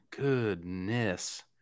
Goodness